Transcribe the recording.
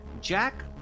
Jack